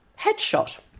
headshot